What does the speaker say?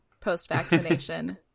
post-vaccination